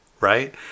right